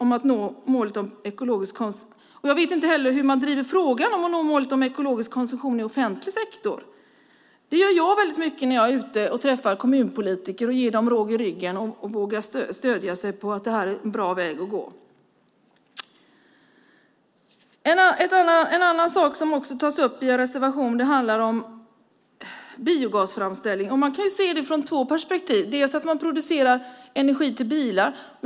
Jag vet inte hur man driver frågan om att nå målet om ekologisk koncession i offentlig sektor. När jag är ute och träffar kommunpolitiker försöker jag ge dem råg i ryggen genom att säga att det är en bra väg att gå. En annan sak som tas upp i reservationen handlar om framställning av biogas. Man kan se detta utifrån två perspektiv. Det första är att man kan producera energi till bilar.